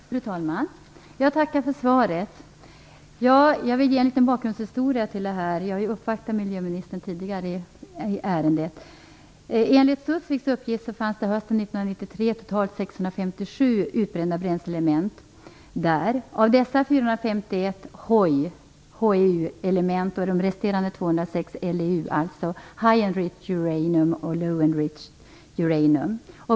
Fru talman! Jag tackar för svaret. Jag vill ge en liten bakgrundshistoria - jag har ju tidigare uppvaktat miljöministern i ärendet. Enligt utbrända bränsleelement. Av dessa är 451 HEU LEU-element, Low Enriched Uranum.